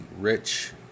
rich